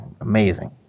amazing